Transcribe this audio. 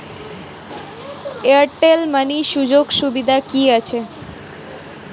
Airtel money সুযোগ সুবিধা কি আছে?